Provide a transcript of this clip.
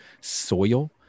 soil